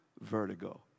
vertigo